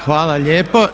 Hvala lijepo.